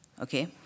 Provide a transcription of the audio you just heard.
Okay